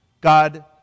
God